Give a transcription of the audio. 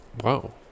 Wow